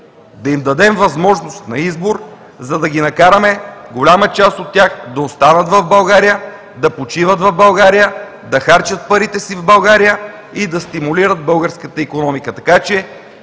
да им дадем възможност на избор, за да ги накараме голяма част да останат в България, да почиват в България, да харчат парите си в България и да стимулират българската икономика. Така че